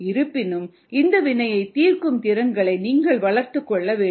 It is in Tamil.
இருப்பினும் இந்த வினையை தீர்க்கும் திறன்களை நீங்கள் வளர்த்துக் கொள்ள வேண்டும்